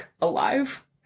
alive